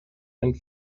and